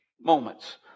moments